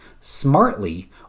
smartly